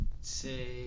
Say